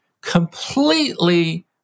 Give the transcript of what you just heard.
completely